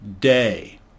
day